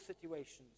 situations